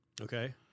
Okay